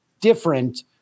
different